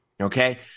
Okay